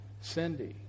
Cindy